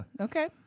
Okay